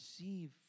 receive